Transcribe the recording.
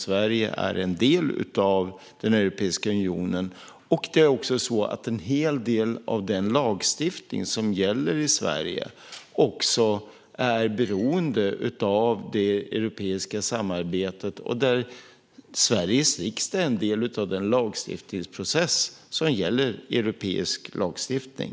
Sverige är en del av Europeiska unionen, och en hel del av den lagstiftning som gäller i Sverige är beroende av det europeiska samarbetet. Sveriges riksdag är också en del av den lagstiftningsprocess som gäller för europeisk lagstiftning.